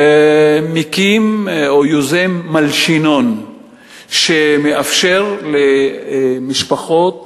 יוזם מלשינון שמאפשר למשפחות,